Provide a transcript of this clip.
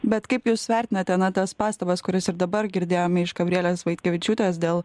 bet kaip jūs vertinate na tas pastabas kurias ir dabar girdėjome iš gabrielės vaitkevičiūtės dėl